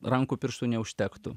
rankų pirštų neužtektų